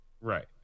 Right